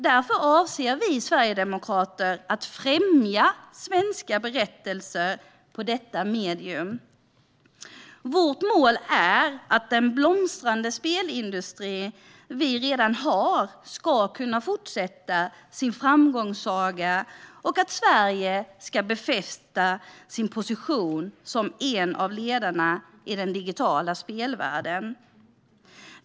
Därför avser vi sverigedemokrater att främja svenska berättelser i detta medium. Vårt mål är att den blomstrande spelindustri vi redan har ska kunna fortsätta sin framgångssaga och att Sverige ska befästa sin position som en av ledarna i den digitala spelvärlden.